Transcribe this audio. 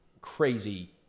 crazy